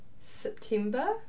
September